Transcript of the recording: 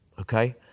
okay